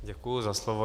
Děkuji za slovo.